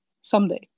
someday